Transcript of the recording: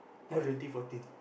ya twenty fourteen